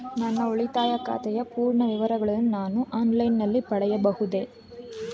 ನನ್ನ ಉಳಿತಾಯ ಖಾತೆಯ ಪೂರ್ಣ ವಿವರಗಳನ್ನು ನಾನು ಆನ್ಲೈನ್ ನಲ್ಲಿ ಪಡೆಯಬಹುದೇ?